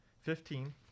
Fifteen